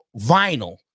vinyl